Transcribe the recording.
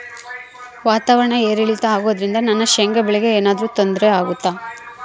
ವಾತಾವರಣ ಏರಿಳಿತ ಅಗೋದ್ರಿಂದ ನನ್ನ ಶೇಂಗಾ ಬೆಳೆಗೆ ಏನರ ತೊಂದ್ರೆ ಆಗ್ತೈತಾ?